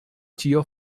ĉio